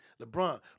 LeBron